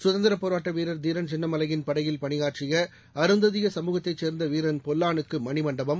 சுதந்திரப் போராட்ட வீரர் தீரன் சின்னமலையின் படையில் பணியாற்றிய அருந்ததிய சமூகத்தைச் சேர்ந்த வீரன் பொல்லானுக்கு மணிமண்டபம்